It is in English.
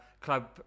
Club